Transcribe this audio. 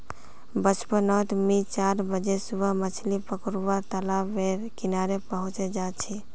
बचपन नोत मि चार बजे सुबह मछली पकरुवा तालाब बेर किनारे पहुचे जा छी